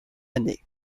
année